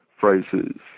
phrases